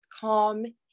calm